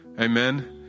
Amen